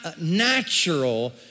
natural